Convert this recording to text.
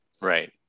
Right